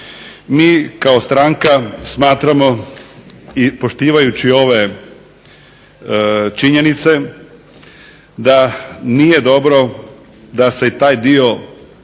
Mi kao stranka smatramo i poštivajući ove činjenice da nije dobro da se i taj dio